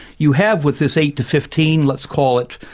you have with this eight fifteen let's call it,